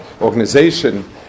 organization